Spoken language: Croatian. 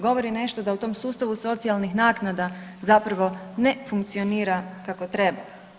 Govori nešto da u tom sustavu socijalnih naknada zapravo ne funkcionira kako treba.